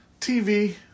TV